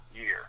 year